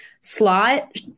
Slot